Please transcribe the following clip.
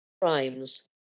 crimes